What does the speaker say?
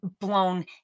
blown